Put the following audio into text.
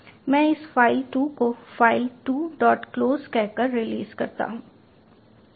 मैं इस फाइल 2 को file2close कहकर रिलीज करता हूं